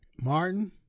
Martin